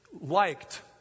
liked